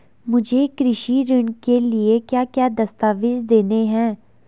मुझे कृषि ऋण के लिए क्या क्या दस्तावेज़ देने हैं?